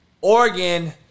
Oregon